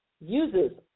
uses